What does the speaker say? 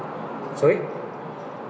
sorry